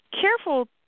careful